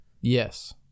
Yes